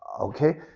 Okay